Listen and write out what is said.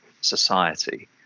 society